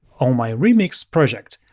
on my remix project,